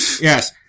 Yes